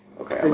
Okay